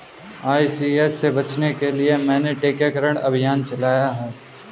ICH से बचने के लिए मैंने टीकाकरण अभियान चलाया है